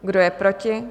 Kdo je proti?